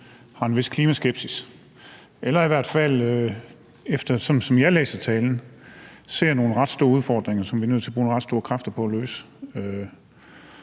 har en vis klimaskepsis, eller som i hvert fald, som jeg forstår talen, ser nogle ret store udfordringer, som vi er nødt til at bruge nogle ret store kræfter på at løse.